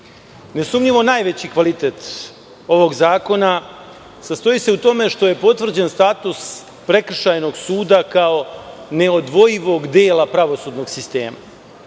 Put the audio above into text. najveći kvalitet ovog zakona sastoji se u tome što je potvrđen status prekršajnog suda kao neodvojivog dela pravosudnog sistema,